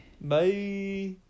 Bye